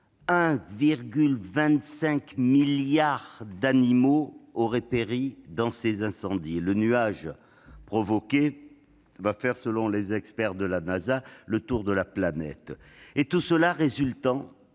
1,25 milliard d'animaux auraient péri dans ces incendies. Le nuage provoqué va faire, selon les experts de la NASA, le tour de la planète. Tout cela résulte